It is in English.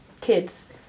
kids